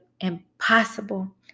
impossible